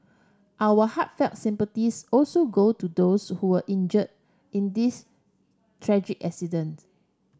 our heartfelt sympathies also go to those who were injured in this tragic accident